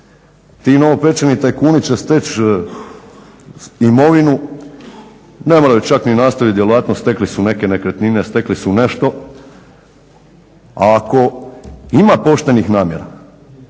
Ti novopečeni tajkuni će steći imovinu, ne moraju čak nastaviti djelatnost, stekli su neke nekretnine, stekli su nešto, a ako ima poštenih namjera,